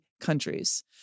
countries